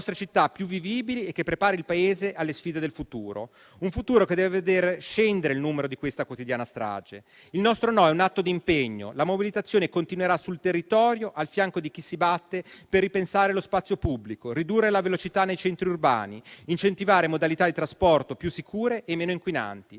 Grazie a tutti